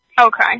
Okay